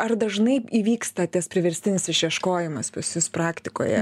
ar dažnai įvyksta tas priverstinis išieškojimas pas jus praktikoje